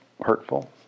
hurtful